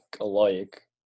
alike